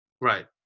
right